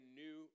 new